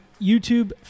YouTube